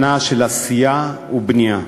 שנה של עשייה ובנייה,